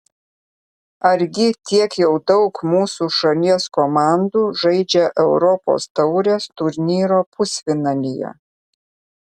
argi tiek jau daug mūsų šalies komandų žaidžia europos taurės turnyro pusfinalyje